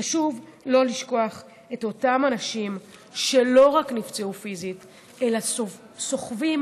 חשוב לא לשכוח את אותם אנשים שלא נפצעו רק פיזית אלא סוחבים